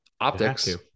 optics